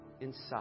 inside